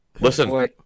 listen